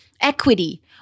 equity